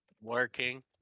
working